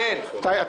תגיד, סירבתי?